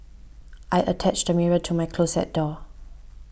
I attached the mirror to my closet door